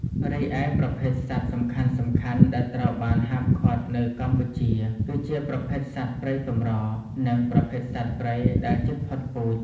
រីឯប្រភេទសត្វសំខាន់ៗដែលត្រូវបានហាមឃាត់នៅកម្ពុជា គឺជាប្រភេទសត្វព្រៃកម្រ និងប្រភេទសត្វព្រៃដែលជិតផុតពូជ។